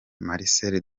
marcel